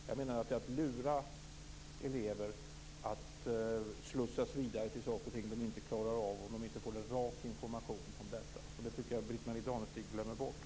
Jag menar att det är att lura elever att slussa dem vidare till saker och ting som de inte klarar, utan att de får en rak information om detta.